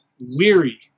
weary